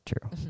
true